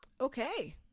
Okay